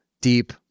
deep